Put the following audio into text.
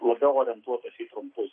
labiau orientuotas į trumpus